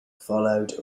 followed